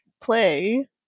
play